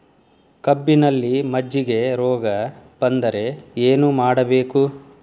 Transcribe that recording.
ಕಬ್ಬಿನಲ್ಲಿ ಮಜ್ಜಿಗೆ ರೋಗ ಬಂದರೆ ಏನು ಮಾಡಬೇಕು?